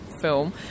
film